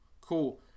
cool